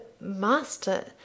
master